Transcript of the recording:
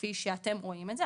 כפי שאתם רואים את זה.